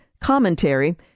commentary